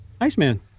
Iceman